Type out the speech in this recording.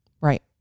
Right